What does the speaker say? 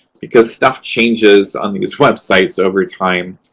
because stuff changes on these websites over time.